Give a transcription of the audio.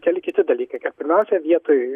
keli kiti dalykai kad pirmiausia vietoj